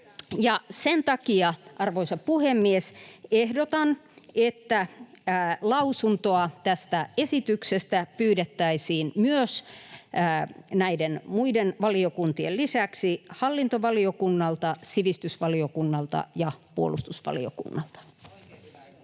Sen takia, arvoisa puhemies, ehdotan, että lausuntoa tästä esityksestä pyydettäisiin myös näiden muiden valiokuntien lisäksi hallintovaliokunnalta, sivistysvaliokunnalta ja puolustusvaliokunnalta.